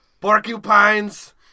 Porcupines